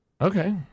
Okay